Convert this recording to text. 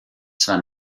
zwar